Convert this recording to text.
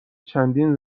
چندین